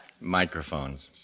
Microphones